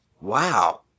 Wow